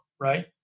right